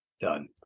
done